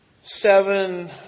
Seven